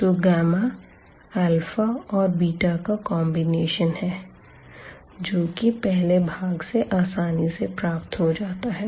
तो और का कॉम्बिनेशन है जो कि पहले भाग से आसानी से प्राप्त हो जाता है